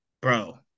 bro